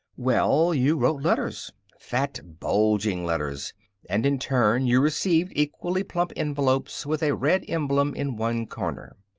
well, you wrote letters fat, bulging letters and in turn you received equally plump envelopes with a red emblem in one corner.